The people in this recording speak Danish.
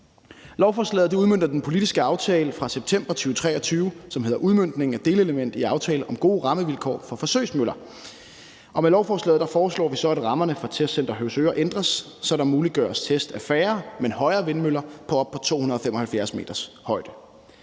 Lovforslaget udmønter den politiske aftale fra september 2023, som hedder »Udmøntning af delelement i aftale om »Gode rammevilkår for forsøgsmøller« af 14. september 2023 – tilpasning af Høvsøre Testcenter«. Med lovforslaget foreslår vi så, at rammerne for Testcenter Høvsøre ændres, så der muliggøres test af færre, men højere vindmøller på op til 275 m. Den